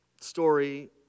story